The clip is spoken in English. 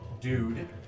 dude